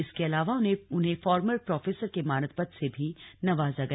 इसके अलावा उन्हें फॉर्मर प्रोफेसर के मानद पद से भी नवाजा गया